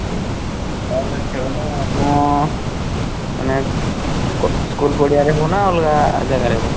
ଆଜ୍ଞା ସାର୍ ସେ ଖେଳଟା ଆମ ମାନେ କ ସ୍କୁଲ୍ ପଡ଼ିଆରେ ହେବ ନା ଅଲଗା ଜାଗାରେ ହେବ